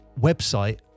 website